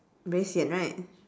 very sian right